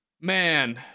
man